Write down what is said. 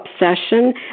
obsession